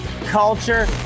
culture